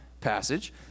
passage